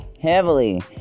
heavily